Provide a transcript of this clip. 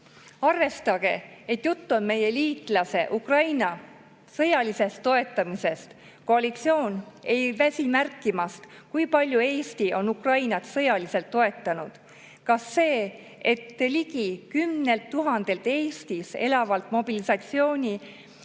Arvestage, et jutt on meie liitlase Ukraina sõjalisest toetamisest. Koalitsioon ei väsi märkimast, kui palju Eesti on Ukrainat sõjaliselt toetanud. Kas see, et ligi 10 000‑lt Eestis elavalt mobilisatsiooni